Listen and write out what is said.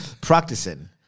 practicing